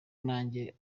nanjye